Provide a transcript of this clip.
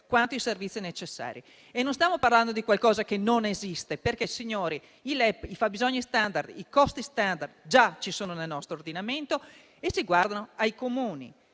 quanto i servizi necessari». Non stiamo parlando di qualcosa che non esiste, perché i LEP, i fabbisogni *standard*, i costi *standard* già ci sono nel nostro ordinamento e riguardano i Comuni,